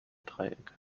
dreieck